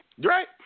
Right